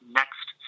next